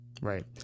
right